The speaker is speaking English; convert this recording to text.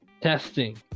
Testing